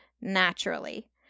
naturally